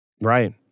Right